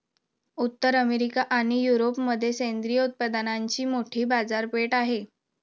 उत्तर अमेरिका आणि युरोपमध्ये सेंद्रिय उत्पादनांची मोठी बाजारपेठ आहे